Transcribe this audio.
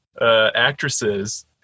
actresses